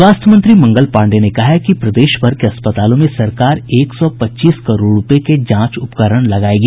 स्वास्थ्य मंत्री मंगल पांडेय ने कहा है कि प्रदेशभर के अस्पतालों में सरकार एक सौ पच्चीस करोड़ रूपये के जांच उपकरण लगायेगी